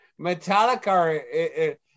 Metallica